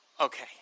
Okay